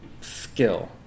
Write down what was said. Skill